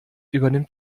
übernimmt